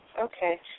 Okay